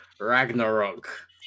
Ragnarok